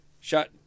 shut